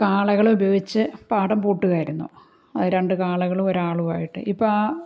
കാളകളെ ഉപയോഗിച്ച് പാടം പൂട്ടുകയായിരുന്നു രണ്ടു കാളകളും ഒരാളുമായിട്ട് ഇപ്പം ആ